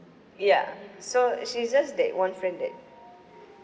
ya so she's just that one friend that